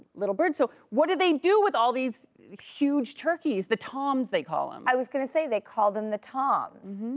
little bird, so what do they do with all these huge turkeys, the toms, they call them? i was gonna say, they call them the toms.